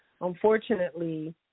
unfortunately